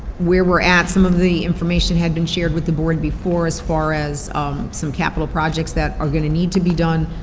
where we're at. some of the information had been shared with the board before as far as some capital projects that are gonna need to be done.